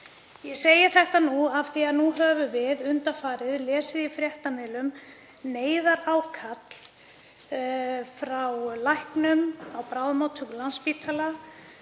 Ég segi þetta af því að nú höfum við undanfarið lesið í fréttamiðlum neyðarákall frá læknum á bráðamóttöku Landspítala,